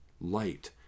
light